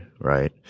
right